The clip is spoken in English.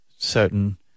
certain